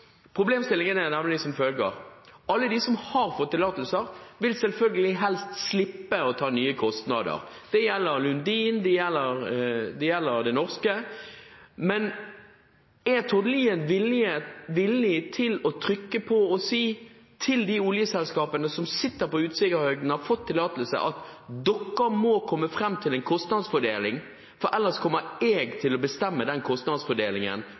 Problemstillingen er nemlig som følger: Alle de som har fått tillatelser, vil selvfølgelig helst slippe å ta nye kostnader. Det gjelder Lundin, og det gjelder Det norske. Men er Tord Lien villig til å trykke på og si til de oljeselskapene som sitter på Utsirahøyden og har fått tillatelse, at dere må komme fram til en kostnadsfordeling, for ellers kommer jeg til å bestemme hvordan den kostnadsfordelingen